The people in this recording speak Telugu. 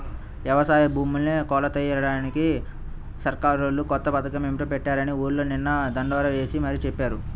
యవసాయ భూముల్ని కొలతలెయ్యడానికి సర్కారోళ్ళు కొత్త పథకమేదో పెట్టారని ఊర్లో నిన్న దండోరా యేసి మరీ చెప్పారు